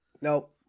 Nope